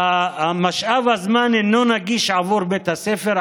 משאב הזמן אינו נגיש עבור בית הספר,